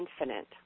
infinite